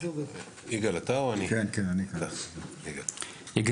יגאל בן לולו, בבקשה.